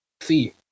see